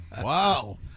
Wow